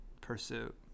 pursuit